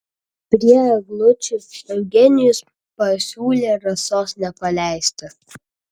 prie eglučių eugenijus pasiūlė rasos nepaleisti